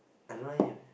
I don't like him